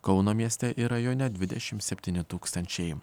kauno mieste ir rajone dvidešimt septyni tūkstančiai